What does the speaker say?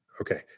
okay